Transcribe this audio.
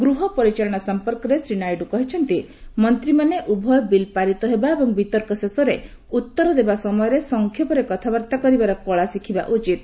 ଗୃହ ପରିଚାଳନା ସମ୍ପର୍କରେ ଶ୍ରୀ ନାଇଡ଼ୁ କହିଛନ୍ତି ମନ୍ତ୍ରୀମାନେ ଉଭୟ ବିଲ୍ ପାରିତ ହେବା ଏବଂ ବିତର୍କ ଶେଷରେ ଉତ୍ତର ଦେବା ସମୟରେ ସଂକ୍ଷେପରେ କଥାବାର୍ତ୍ତା କରିବାର କଳା ଶିଖିବା ଉଚିତ